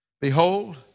Behold